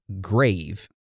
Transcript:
grave